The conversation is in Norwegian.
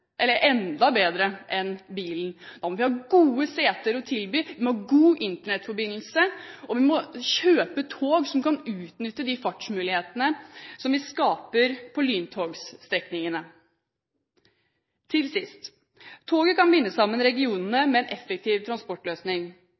enn, bilen. Da må vi ha gode seter å tilby, vi må ha god Internett-forbindelse, og vi må kjøpe tog som kan utnytte de fartsmulighetene som vi skaper med lyntogstrekningene. Til sist: Toget kan binde sammen regionene med en effektiv transportløsning.